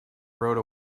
rode